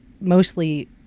mostly